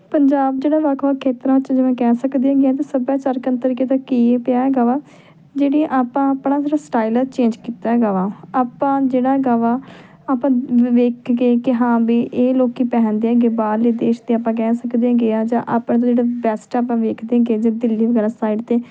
ਪੰਜਾਬ ਜਿਹੜਾ ਵੱਖ ਵੱਖ ਖੇਤਰਾਂ 'ਚ ਜਿਵੇਂ ਕਹਿ ਸਕਦੇ ਹੈਗੇ ਹਾਂ ਸੱਭਿਆਚਾਰਕ ਅੰਤਰ ਕੀ ਪਿਆ ਹੈਗਾ ਵਾ ਜਿਹੜੀ ਆਪਾਂ ਆਪਣਾ ਜਿਹੜਾ ਸਟਾਇਲ ਹੈ ਚੇਂਜ ਕੀਤਾ ਹੈਗਾ ਵਾ ਆਪਾਂ ਜਿਹੜਾ ਹੈਗਾ ਵਾ ਆਪਾਂ ਵੇਖ ਕੇ ਕਿ ਹਾਂ ਬਈ ਇਹ ਲੋਕ ਪਹਿਨਦੇ ਹੈਗੇ ਬਾਹਰਲੇ ਦੇਸ਼ ਦੇ ਆਪਾਂ ਕਹਿ ਸਕਦੇ ਹੈਗੇ ਹਾਂ ਜਾਂ ਆਪਾਂ ਨੂੰ ਤਾਂ ਜਿਹੜਾ ਬੈਸਟ ਆਪਾਂ ਵੇਖਦੇ ਹੈਗੇ ਜੇ ਦਿੱਲੀ ਵੈੱਬਸਾਈਟ 'ਤੇ